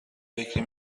فکری